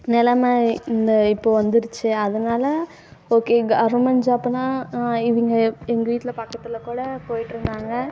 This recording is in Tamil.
நெலமை இந்த இப்போது வந்துருச்சு அதனால ஓகே கவர்மெண்ட் ஜாப்புனால் இவங்க எங்கள் வீட்டில் பக்கத்தில் கூட போய்ட்டிருந்தாங்க